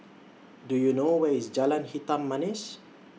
Do YOU know Where IS Jalan Hitam Manis